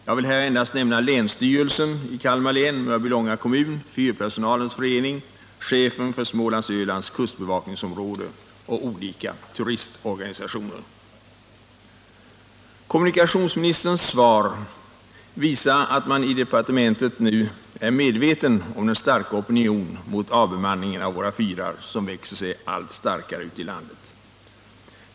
Jag vill här endast nämna länsstyrelsen i Kalmar län, Mörbylånga kommun, Fyrpersonalens förening, chefen för Småland Ölands kustbevakningsområde och olika turistorganisationer. Kommunikationsministerns svar visar att man i departementet nu är medveten om den starka opinion mot avbemanningen av våra fyrar som växer sig allt starkare ute i landet.